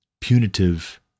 punitive